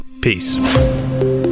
peace